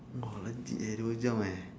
!wah! legit eh dua jam eh